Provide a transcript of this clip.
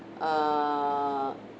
err